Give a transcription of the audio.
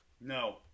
no